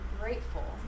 grateful